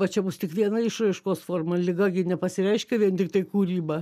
va čia bus tik viena išraiškos forma liga gi nepasireiškia vien tiktai kūryba